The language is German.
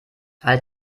halt